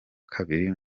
kabiri